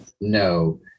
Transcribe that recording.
No